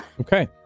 Okay